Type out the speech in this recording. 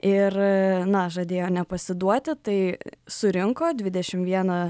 ir na žadėjo nepasiduoti tai surinko dvidešim vieną